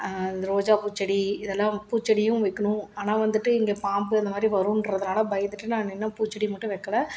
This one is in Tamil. அந்த ரோஜா பூச்செடி இது எல்லா பூச்செடியும் வைக்கணும் ஆனால் வந்துட்டு இங்கே பாம்பு அந்த மாதிரி வருன்றதனால பயந்துட்டு நான் இன்னும் பூ செடி மட்டும் வைக்கலை